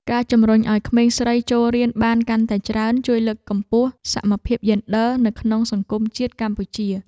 ការជំរុញឱ្យក្មេងស្រីចូលរៀនបានកាន់តែច្រើនជួយលើកកម្ពស់សមភាពយេនឌ័រនៅក្នុងសង្គមជាតិកម្ពុជា។